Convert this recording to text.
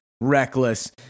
reckless